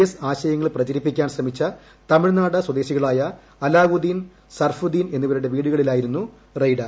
S ആശ്ച്യുങ്ങൾ പ്രചരിപ്പിക്കാൻ ശ്രമിച്ച തമിഴ്നാട് സ്വദേശികളായ അലാപ്പൂദ്ദീൻ സർഫുദ്ദീൻ എന്നിവരുടെ വീടുകളിലായിരുന്നു ഒയ്യ്ഡ്